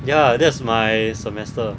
ya that's my semester